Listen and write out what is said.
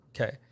Okay